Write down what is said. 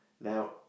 Now